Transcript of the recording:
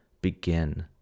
begin